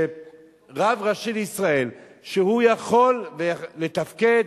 שרב ראשי לישראל, שיכול לתפקד